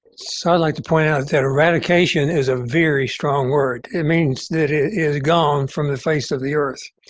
so i'd like to point out that eradication is a very strong word. it means that it is gone from the face of the earth.